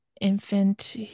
infant